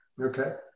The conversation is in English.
Okay